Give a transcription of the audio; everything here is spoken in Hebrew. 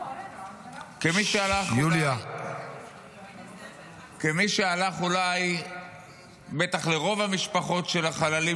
כמי שבטח הלך לרוב המשפחות של החללים